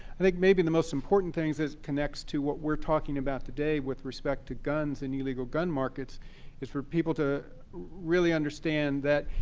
i think maybe the most important thing as it connects to what we're talking about today with respect to guns and illegal gun markets is for people to really understand that,